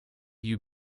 you